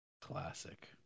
Classic